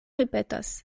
ripetas